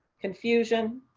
confusion,